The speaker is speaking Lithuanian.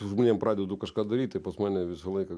su žmonėm pradedu kažką daryti tai pas mane visą laiką